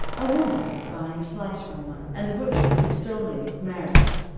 a woman was buying a slice from one, and the butcher was extolling its merits.